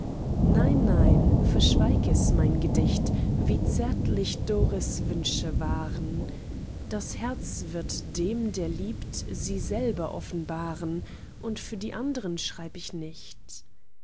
nein nein verschweig es mein gedicht wie zärtlich doris wünsche waren das herz wird dem der liebt sie selber offenbaren und für die andern schreib ich nicht